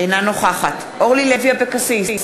אינה נוכחת אורלי לוי אבקסיס,